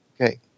okay